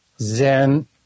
Zen